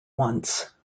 once